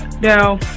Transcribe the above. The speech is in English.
no